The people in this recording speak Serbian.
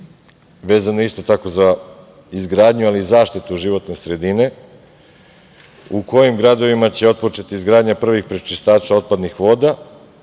vezano isto tako za izgradnju, ali i zaštitu životne sredine, u kojim gradovima će otpočeti izgradnja prvih prečištača otpadnih voda,